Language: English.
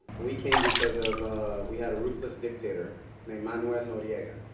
we came because of we had a ruthless dictator named manuel noriega.